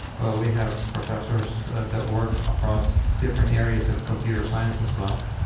well, we have professors that work across different areas of computer science as well.